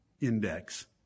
index